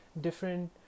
different